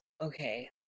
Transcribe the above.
Okay